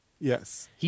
Yes